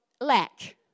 lack